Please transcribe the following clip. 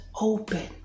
open